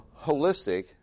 holistic